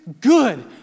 good